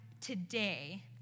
today